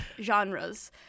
genres